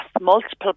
multiple